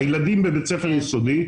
הילדים בבית ספר יסודי,